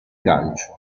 calcio